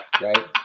Right